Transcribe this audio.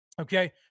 okay